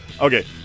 okay